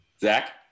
Zach